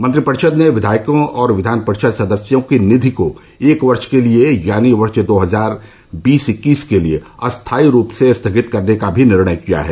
मंत्रिपरिषद ने विधायकों और विधान परिषद सदस्यों की निधि को एक वर्ष के लिए यानी वर्ष दो हजार बीस इक्कीस के लिए अस्थाई रूप से स्थगित करने का भी निर्णय किया है